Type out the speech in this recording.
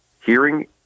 Hearing